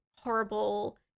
horrible